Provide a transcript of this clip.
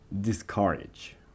Discourage